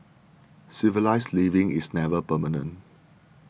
civilised living is never permanent